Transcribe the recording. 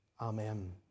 Amen